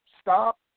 stop